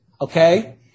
okay